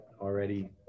already